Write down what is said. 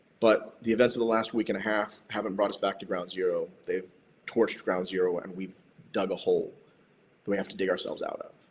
but the events of the last week and a half haven't brought us back to ground zero, they've torched ground zero, and we've dug a hole that we have to dig ourselves out of.